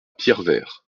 pierrevert